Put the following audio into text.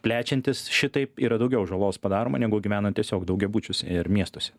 plečiantis šitaip yra daugiau žalos padaroma negu gyvenant tiesiog daugiabučiuose ir miestuose